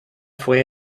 fue